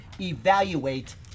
evaluate